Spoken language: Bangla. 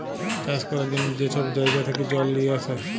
চাষ ক্যরার জ্যনহে যে ছব জাইগা থ্যাকে জল লিঁয়ে আসে